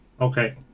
Okay